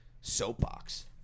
soapbox